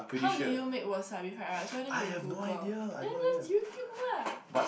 how do you make wasabi fried rice why don't you Google then just YouTube lah